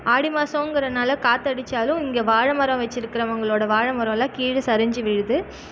ஆடி மாசங்கறனால காற்றடிச்சாலும் இங்கே வாழை மரம் வச்சிருக்கிறவங்களோட வாழை மரலாம் கீழே சரிஞ்சு விழுது